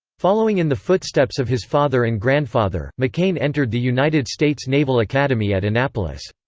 following in the footsteps of his father and grandfather, mccain entered the united states naval academy at annapolis.